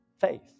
faith